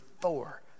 four